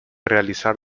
realizar